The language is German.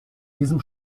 diesem